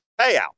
payout